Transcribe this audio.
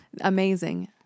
amazing